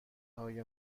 های